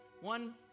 One